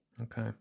Okay